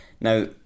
Now